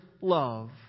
love